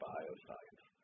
Bioscience